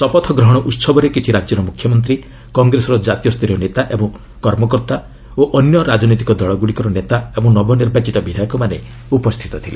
ଶପଥ ଗ୍ରହଣ ଉତ୍ସବରେ କିଛି ରାଜ୍ୟର ମୁଖ୍ୟମନ୍ତ୍ରୀ କଂଗ୍ରେସର କାତୀୟ ସ୍ତରୀୟ ନେତା ଓ କର୍ମକର୍ତ୍ତା ଅନ୍ୟ ରାଜନୈତିକ ଦଳଗୁଡ଼ିକର ନେତା ଓ ନବନିର୍ବାଚିତ ବିଧାୟକମାନେ ଉପସ୍ଥିତ ଥିଲେ